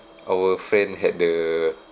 our friend had the